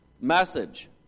message